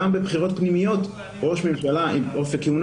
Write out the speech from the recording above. גם בבחירות פנימיות ראש ממשלה עם אופק כהונה